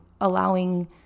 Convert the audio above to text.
allowing